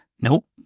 Nope